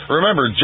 Remember